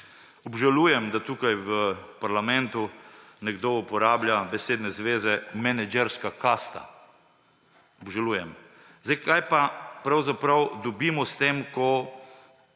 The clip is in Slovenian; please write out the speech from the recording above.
Obžalujem, da tukaj v parlamentu nekdo uporablja besedno zvezo menedžerska kasta. Obžalujem. Kaj pa pravzaprav dobimo s tem, ko